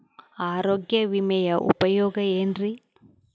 ಆರೋಗ್ಯ ವಿಮೆಯ ಉಪಯೋಗ ಏನ್ರೀ?